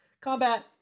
Combat